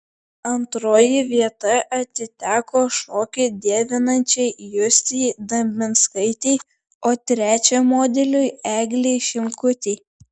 antroji vieta atiteko šokį dievinančiai justei dambinskaitei o trečia modeliui eglei šimkutei